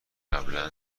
قبلا